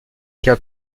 cas